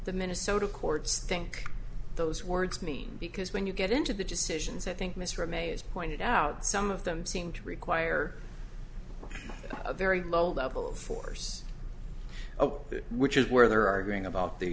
the minnesota courts think those words mean because when you get into the decisions i think mr mays pointed out some of them seem to require a very low level of force of that which is where they're arguing about the